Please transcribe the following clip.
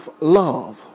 love